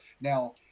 Now